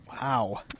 Wow